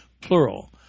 plural